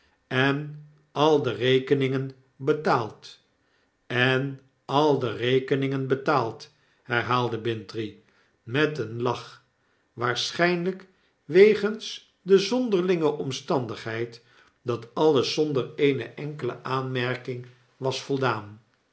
en al de rekeningen betaald en al de rekeningen betaald herhaalde bintrey met een lach waarschynlyk wegens de zonderlingeomstandigheid dat alles zonder eene enkele aanmerking was voldaan